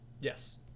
Yes